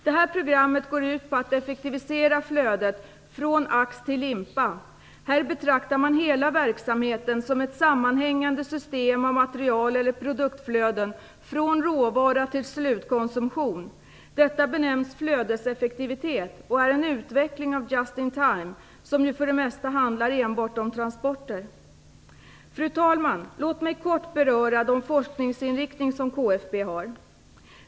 Detta program går ut på att effektivisera flödet från ax till limpa. Här betraktar man hela verksamheten som ett sammanhängande system av material eller produktflöden, från råvara till slutkonsumtion. Detta benämns flödeseffektivitet och är en utveckling av "just in time", som ju för det mesta handlar enbart om transporter. Fru talman! Låt mig kort beröra den forskningsinriktning som KFB har.